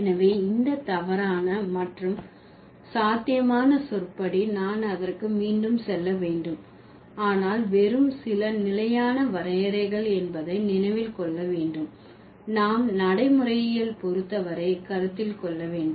எனவே இந்த தவறான மற்றும் சாத்தியமான சொற்படி நான் அதற்கு மீண்டும் செல்ல வேண்டும் ஆனால் வெறும் சில நிலையான வரையறைகள் என்பதை நினைவில் கொள்ள வேண்டும் நாம் நடைமுறையில் பொறுத்த வரை கருத்தில் கொள்ள வேண்டும்